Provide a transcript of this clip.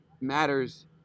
matters